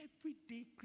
Everyday